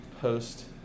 post